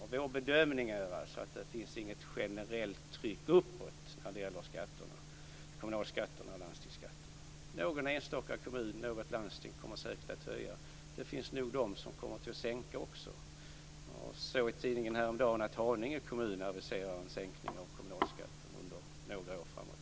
Men vår bedömning är att det inte finns något generellt tryck uppåt när det gäller kommunal och landstingsskatterna. Någon enstaka kommun, något landsting kommer säkert att höja. Det finns de som kommer att sänka också. Jag såg i tidningen häromdagen att Haninge kommun aviserar en sänkning av kommunalskatten under några år framåt.